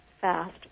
fast